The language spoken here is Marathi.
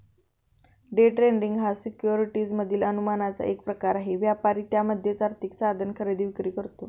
डे ट्रेडिंग हा सिक्युरिटीज मधील अनुमानाचा एक प्रकार आहे, व्यापारी त्यामध्येच आर्थिक साधन खरेदी विक्री करतो